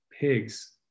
pigs